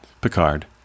Picard